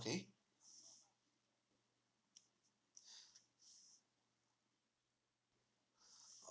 okay